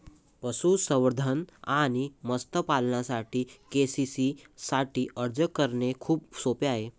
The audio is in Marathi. पशुसंवर्धन आणि मत्स्य पालनासाठी के.सी.सी साठी अर्ज करणे खूप सोपे आहे